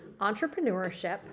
entrepreneurship